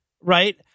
right